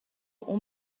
اون